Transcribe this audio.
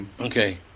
Okay